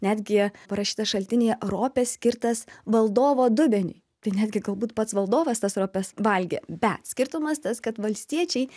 netgi parašyta šaltinyje ropė skirtas valdovo dubeniui tai netgi galbūt pats valdovas tas ropes valgė bet skirtumas tas kad valstiečiai